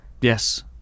Yes